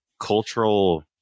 cultural